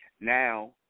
Now